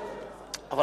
זאת הצעה לסדר-היום.